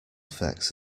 effects